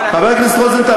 חבר הכנסת רוזנטל,